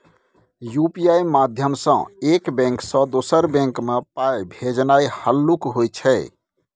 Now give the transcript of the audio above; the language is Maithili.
यु.पी.आइ माध्यमसँ एक बैंक सँ दोसर बैंक मे पाइ भेजनाइ हल्लुक होइ छै